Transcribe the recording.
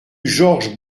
georges